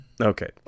Okay